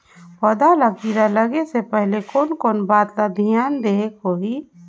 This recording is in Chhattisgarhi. पौध ला कीरा लगे से पहले कोन कोन बात ला धियान देहेक होही?